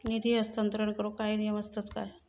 निधी हस्तांतरण करूक काय नियम असतत काय?